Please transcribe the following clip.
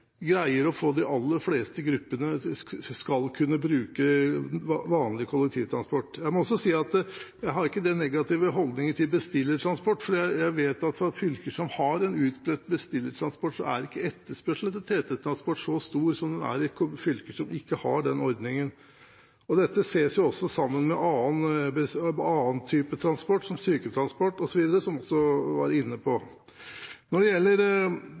greier å få de aller fleste gruppene til å kunne bruke vanlig kollektivtransport. Jeg må si at jeg ikke har den negative holdningen til bestillertransport, for jeg vet at fra fylker som har en utbredt bestillertransport, er ikke etterspørselen etter TT-transport så stor som den er i fylker som ikke har den ordningen. Dette ses også sammen med annen type transport, som syketransport osv. – noe man også var inne på. Når det gjelder